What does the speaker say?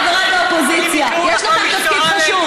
חבריי באופוזיציה: יש לכם תפקיד חשוב.